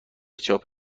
چاپ